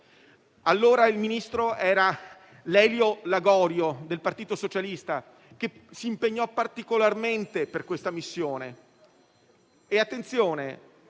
della difesa era Lelio Lagorio del Partito socialista, che si impegnò particolarmente per questa missione.